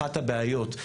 אחת הבעיות.